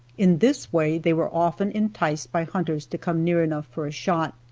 in this way they were often enticed by hunters to come near enough for a shot.